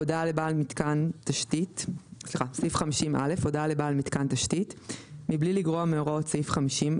הודעה לבעל מיתקן תשתית 50א. מבלי לגרוע מהוראות סעיף 50,